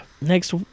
Next